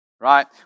right